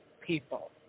people